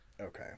Okay